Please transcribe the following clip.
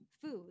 food